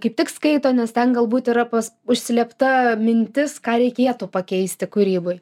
kaip tik skaito nes ten galbūt yra pas užslėpta mintis ką reikėtų pakeisti kūryboje